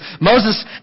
Moses